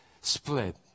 split